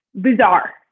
Bizarre